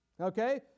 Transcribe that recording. okay